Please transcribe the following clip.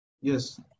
Yes